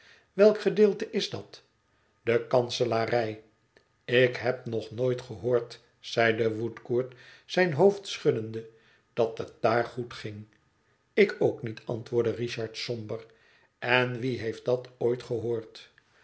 welk gedeelte is dat de kanselarij ik heb nog nooit gehoord zeide woodcourt zijn hoofd schuddende dat het daar goed ging ik ook niet antwoordde richard somber en wie heeft dat ooit gehoord